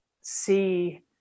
see